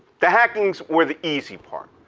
the hackings were the easy part.